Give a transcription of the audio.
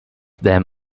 them